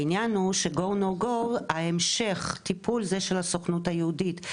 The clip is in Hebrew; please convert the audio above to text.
הבעיה של ה-GO NO GO היא המשך הטיפול של הסוכנות היהודית,